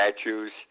statues